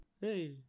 Hey